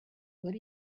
what